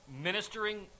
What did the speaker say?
ministering